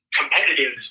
competitive